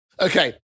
Okay